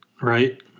right